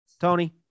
Tony